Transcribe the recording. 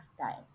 time